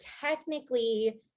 technically